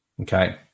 Okay